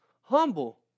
humble